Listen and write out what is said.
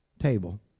table